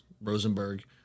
rosenberg